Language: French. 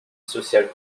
social